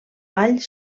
vall